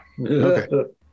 Okay